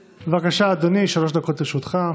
בבקשה, אדוני, שלוש דקות לרשותך.